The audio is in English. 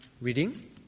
reading